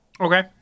Okay